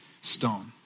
stone